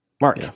Mark